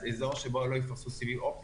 אזור שבו לא יתווספו סיבים אופטיים